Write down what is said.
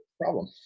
Problem